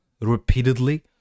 Repeatedly